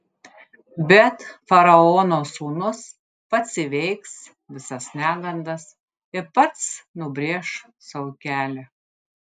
bet faraono sūnus pats įveiks visas negandas ir pats nubrėš sau kelią